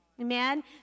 Amen